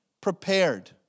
prepared